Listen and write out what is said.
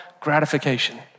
gratification